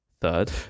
third